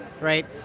right